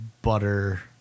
Butter